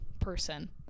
person